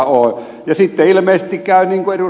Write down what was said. sitten ilmeisesti käy niin kuin ed